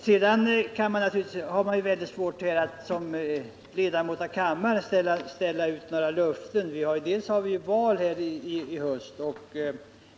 Som ledamot av kammaren är det svårt för mig att ställa ut några löften — vi har ju val i höst.